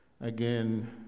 Again